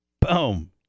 boom